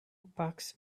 packs